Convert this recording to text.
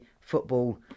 football